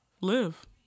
Live